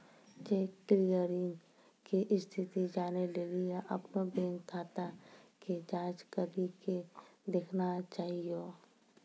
cheque clearing के स्थिति जानै लेली अपनो बैंक खाता के जांच करि के देखना चाहियो